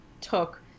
took